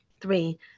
Three